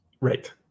Right